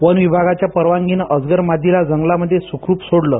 वनविभागाच्या परवानगीनं अजगर मादीला जंगलामध्ये सुखरूप सोडलं